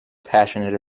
passionate